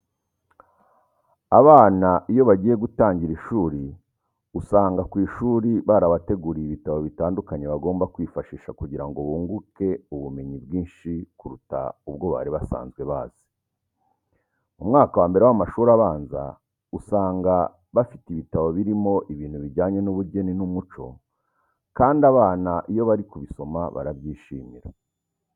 Abana iyo bagiye gutangira ishuri usanga ku ishuri barabateguriye ibitabo bitandukanye bagomba kwifashisha kugira ngo bunguke ubumenyi bwinshi kuruta ubwo bari basanzwe bazi. Mu mwaka wa mbere w'amashuri abanza usanga bafite ibitabo birimo ibintu bijyanye n'ubugeni n'umuco kandi abana iyo bari kubisoma barabyishimira.